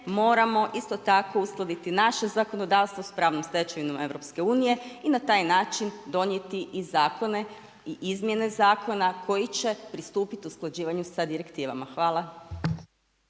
moramo isto tako uskladiti naše zakonodavstvo s pravnom stečevinom EU i na taj način donijeti i zakone i izmjene zakona koji će pristupiti usklađivanju sa direktivama. Hvala.